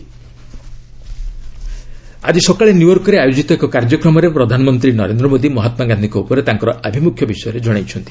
PM solar ଆଜି ସକାଳେ ନ୍ୟୁୟର୍କରେ ଆୟୋଜିତ ଏକ କାର୍ଯ୍ୟକ୍ରମରେ ପ୍ରଧାନମନ୍ତ୍ରୀ ନରେନ୍ଦ୍ର ମୋଦି ମହାତ୍ମାଗାନ୍ଧିଙ୍କ ଉପରେ ତାଙ୍କର ଆଭିମୁଖ୍ୟ ବିଷୟରେ ଜଣାଇଛନ୍ତି